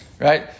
right